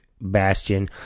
Bastion